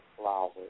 flowers